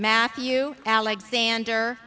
matthew alexander